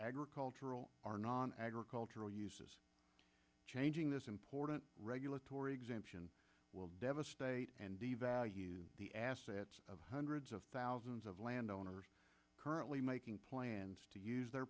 agricultural are non agricultural changing this important regulatory exemption will devastate value the assets of hundreds of thousands of land owners currently making plans to use their